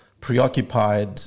preoccupied